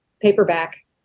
paperback